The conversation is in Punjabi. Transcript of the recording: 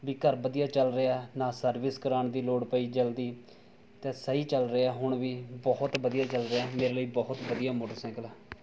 ਵੀ ਘਰ ਵਧੀਆ ਚੱਲ ਰਿਹਾ ਨਾ ਸਰਵਿਸ ਕਰਵਾਉਣ ਦੀ ਲੋੜ ਪਈ ਜਲਦੀ ਅਤੇ ਸਹੀ ਚੱਲ ਰਿਹਾ ਹੁਣ ਵੀ ਬਹੁਤ ਵਧੀਆ ਚੱਲ ਰਿਹਾ ਮੇਰੇ ਲਈ ਬਹੁਤ ਵਧੀਆ ਮੋਟਰਸਾਈਕਲ ਆ